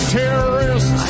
terrorists